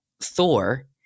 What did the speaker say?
Thor